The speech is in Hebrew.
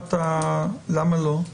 שאלת --- למה לא?